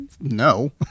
No